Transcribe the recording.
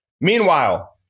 Meanwhile